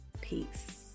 Peace